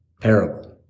parable